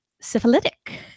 syphilitic